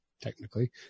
technically